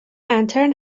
انترن